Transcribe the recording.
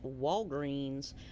Walgreens